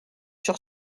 sur